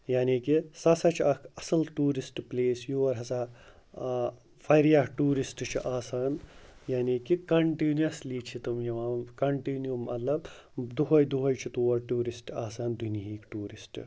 یعنی کہِ سُہ ہَسا چھِ اَکھ اَصٕل ٹوٗرِسٹ پٕلیس یور ہَسا واریاہ ٹوٗرِسٹ چھِ آسان یعنی کہِ کَنٹِنیوٗسلی چھِ تِم یِوان کَنٹِنیوٗ مطلب دۄہَے دۄہَے چھِ تور ٹوٗرِسٹ آسان دُنہیٖکۍ ٹوٗرِسٹ